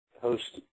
host